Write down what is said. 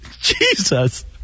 Jesus